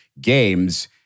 games